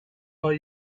are